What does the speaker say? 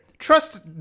Trust